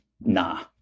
nah